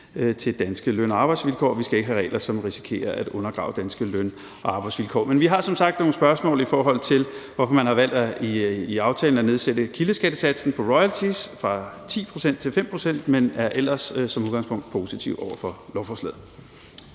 til danske løn- og arbejdsvilkår, og vi skal ikke have regler, som risikerer at undergrave danske løn- og arbejdsvilkår. Vi har som sagt nogle spørgsmål, i forhold til hvorfor man i aftalen har valgt at nedsætte kildeskattesatsen for royalties fra 10 pct. til 5 pct., men er ellers som udgangspunkt positive over for lovforslaget.